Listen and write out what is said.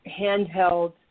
handheld